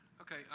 Okay